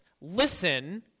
Listen